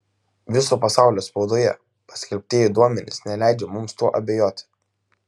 viso pasaulio spaudoje paskelbtieji duomenys neleidžia mums tuo abejoti